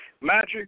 magic